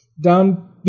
Down